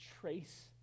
trace